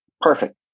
perfect